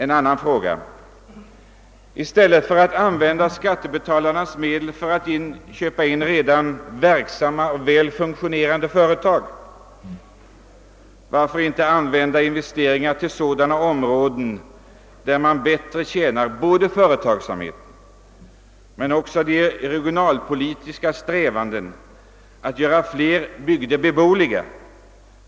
En annan fråga: Varför inte — i stället för att använda skattebetalarnas medel till att köpa in redan verksamma och väl fungerande företag — investera i sådana områden där man bättre tjänar företagsamheten men också tillgodoser de regionalpolitiska strävandena att göra fler bygder beboeliga,